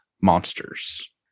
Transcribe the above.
monsters